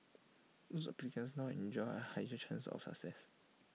those applicants now enjoy higher chance of success